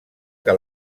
que